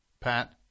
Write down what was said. Pat